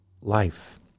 life